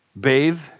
bathe